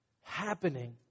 happening